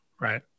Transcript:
right